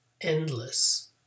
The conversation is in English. endless